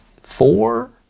four